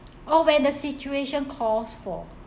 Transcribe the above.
or when the situation calls for